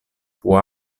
può